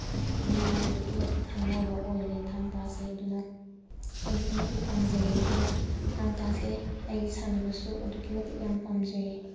ꯃꯤꯅ ꯑꯗꯨꯛꯀꯤ ꯃꯇꯤꯛ ꯈꯪꯅꯕ ꯑꯣꯏꯔꯦ ꯊꯥꯡ ꯇꯥꯁꯦ ꯑꯗꯨꯅ ꯑꯗꯨꯛꯀꯤ ꯃꯇꯤꯛ ꯄꯥꯝꯖꯩꯌꯦ ꯑꯗꯨꯒ ꯊꯥꯡ ꯇꯥꯁꯦ ꯑꯩ ꯁꯥꯟꯅꯕꯁꯨ ꯑꯗꯨꯛꯀꯤ ꯃꯇꯤꯛ ꯌꯥꯝ ꯄꯥꯝꯖꯩꯌꯦ